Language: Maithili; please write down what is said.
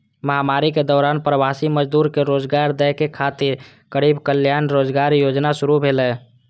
महामारी के दौरान प्रवासी मजदूर कें रोजगार दै खातिर गरीब कल्याण रोजगार योजना शुरू भेलै